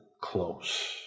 close